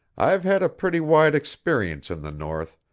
i've had a pretty wide experience in the north,